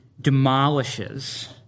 demolishes